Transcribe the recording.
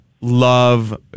love